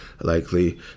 likely